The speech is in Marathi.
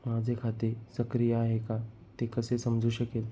माझे खाते सक्रिय आहे का ते कसे समजू शकेल?